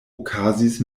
okazis